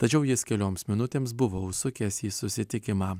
tačiau jis kelioms minutėms buvo užsukęs į susitikimą